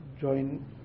Join